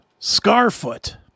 Scarfoot